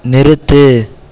நிறுத்து